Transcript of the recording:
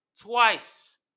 twice